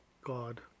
God